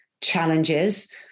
challenges